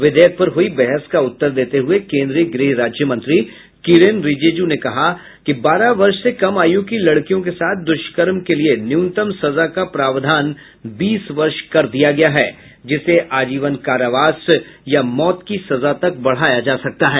विधेयक पर हुई बहस का उत्तर देते हुए केन्द्रीय गृह राज्य मंत्री किरेन रिजिजु ने कहा कि बारह वर्ष से कम आयु की लड़कियों के साथ दुष्कर्म के लिए न्यूनतम सजा का प्रावधान बीस वर्ष कर दिया गया है जिसे आजीवन कारावास या मौत की सजा तक बढ़ाया जा सकता है